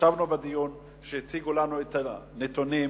ישבנו בדיון שהציגו לנו את הנתונים